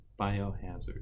biohazard